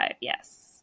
yes